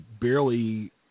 barely